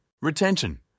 Retention –